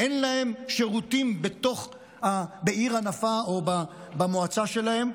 אין להם שירותים בעיר הנפה או במועצה שלהם.